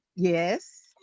Yes